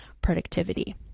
productivity